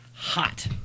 Hot